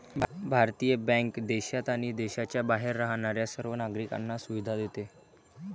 भारतीय बँक देशात आणि देशाच्या बाहेर राहणाऱ्या सर्व नागरिकांना सुविधा देते